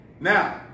Now